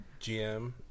GM